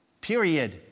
Period